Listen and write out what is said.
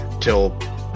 till